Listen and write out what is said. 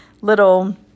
little